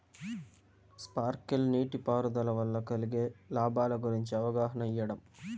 Sprinkle నీటిపారుదల వల్ల కలిగే లాభాల గురించి అవగాహన ఇయ్యడం?